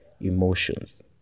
emotions